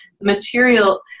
material